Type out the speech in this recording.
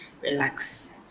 relax